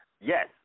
Yes